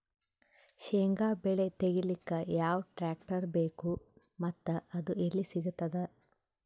ಶೇಂಗಾ ಬೆಳೆ ತೆಗಿಲಿಕ್ ಯಾವ ಟ್ಟ್ರ್ಯಾಕ್ಟರ್ ಬೇಕು ಮತ್ತ ಅದು ಎಲ್ಲಿ ಸಿಗತದ?